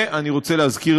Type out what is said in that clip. ואני רוצה להזכיר,